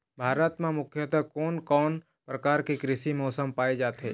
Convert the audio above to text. भारत म मुख्यतः कोन कौन प्रकार के कृषि मौसम पाए जाथे?